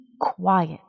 quiet